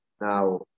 Now